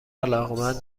علاقمند